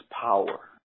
power